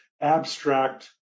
abstract